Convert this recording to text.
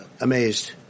amazed